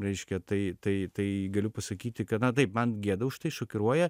reiškia tai tai tai galiu pasakyti kad na taip man gėda už tai šokiruoja